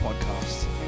Podcast